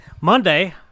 Monday